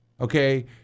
Okay